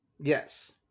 Yes